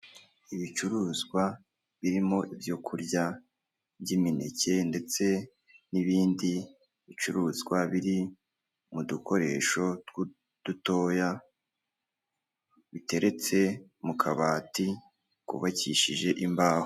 Ibicuruzwa birimo ibyo kurya by'imineke ndetse n'ibindi bicuruzwa biri mu dukoresho dutoya biteretse mu kabati kubabakishije imbaho.